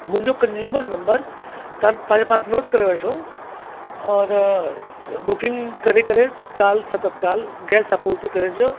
मुंहिंजो consumer number तव्हां पंहिंजे पास नोट करे वठो और बुकिंग करे करे तत्काल सां तत्काल गैस आपूर्तिकरण जो